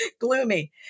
Gloomy